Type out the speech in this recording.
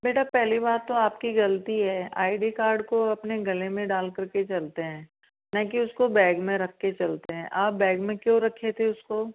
बेटा पहली बात तो आप की गलती हैं आई डी कार्ड को अपने गले में डाल कर के चलते हैं ना कि उसको बैग में रख के चलते हैं आप बैग में क्यों रखे तो उसको